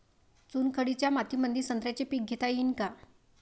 चुनखडीच्या मातीमंदी संत्र्याचे पीक घेता येईन का?